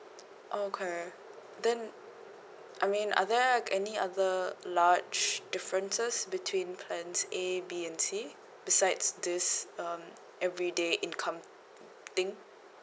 okay then I mean are there any other large differences between plan A B and C besides this um everyday income thing